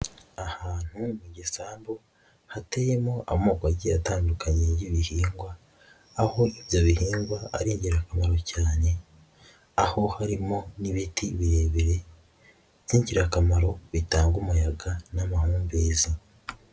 Ahantu mu gisambu hateyemo amoko agiye atandukanye y'ibihingwa aho ibyo bihingwa ari ingirakamaro cyane, aho harimo n'ibiti birebire by'ingirakamaro bitanga umuyaga n'amahumbezi.